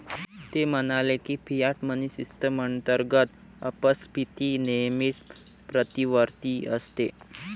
ते म्हणाले की, फियाट मनी सिस्टम अंतर्गत अपस्फीती नेहमीच प्रतिवर्ती असते